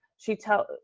she tells,